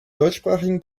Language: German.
deutschsprachigen